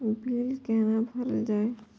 Bill कैना भरल जाय?